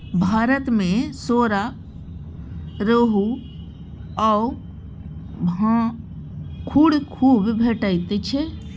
भारत मे सौरा, रोहू आ भाखुड़ खुब भेटैत छै